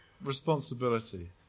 responsibility